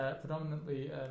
predominantly